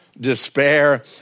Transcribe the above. despair